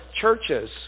churches